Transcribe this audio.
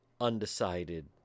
undecided